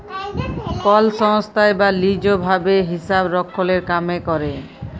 call সংস্থায় বা lease ভাবে হিসাবরক্ষলের কামে ক্যরে